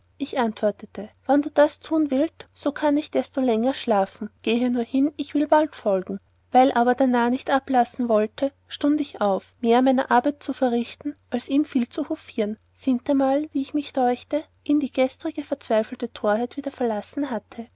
ich antwortete wann du das tun willt so kann ich desto länger schlafen gehe nur hin ich will bald folgen weil aber der narr nicht ablassen wollte stund ich auf mehr meine arbeit zu verrichten als ihm viel zu hofieren sintemal wie mich deuchte ihn die gesterige verzweifelte torheit wieder verlassen hatte